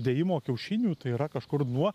dėjimo kiaušinių tai yra kažkur nuo